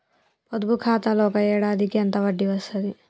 పొదుపు ఖాతాలో ఒక ఏడాదికి ఎంత వడ్డీ వస్తది?